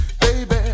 Baby